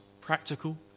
practical